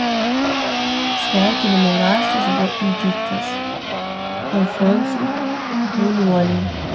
sveikinimo raštas buvo įteiktas alfonsui buliuoliui